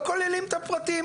לא כוללים את הפרטיים,